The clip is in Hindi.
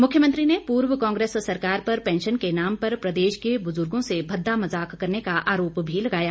मुख्यमंत्री ने पूर्व कांग्रेस सरकार पर पेँशन के नाम पर प्रदेश के बुजुर्गो से भद्दा मजाक करने का आरोप भी लगाया